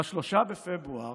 ב-3 בפברואר